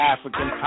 African